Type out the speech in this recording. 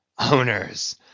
Owners